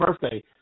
birthday